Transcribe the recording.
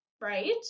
Right